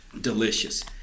Delicious